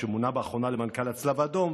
שמונה לאחרונה למנכ"ל הצלב האדום,